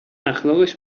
اخلاقش